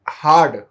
hard